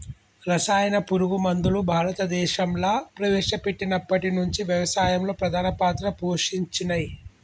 రసాయన పురుగు మందులు భారతదేశంలా ప్రవేశపెట్టినప్పటి నుంచి వ్యవసాయంలో ప్రధాన పాత్ర పోషించినయ్